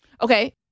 Okay